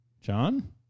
John